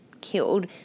killed